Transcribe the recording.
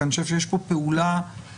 כי אני חושב שיש פה פעולה אסטרטגית